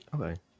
Okay